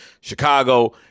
Chicago